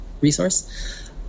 resource